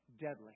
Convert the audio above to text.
deadly